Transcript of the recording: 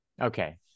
Okay